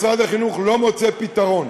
משרד החינוך לא מוצא פתרון,